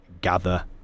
gather